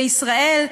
בישראל,